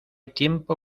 tiempo